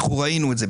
ראינו את זה,